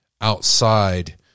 outside